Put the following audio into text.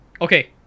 Okay